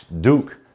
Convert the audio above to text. Duke